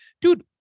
Dude